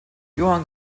johann